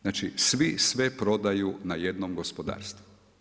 Znači svi sve prodaju na jednom gospodarstvu.